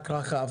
רחב,